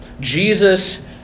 Jesus